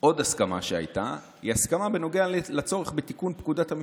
עוד הסכמה שהייתה היא הסכמה בנוגע לצורך בתיקון פקודת המשטרה.